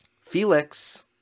Felix